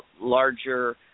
larger